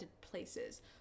places